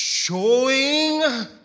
Showing